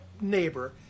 neighbor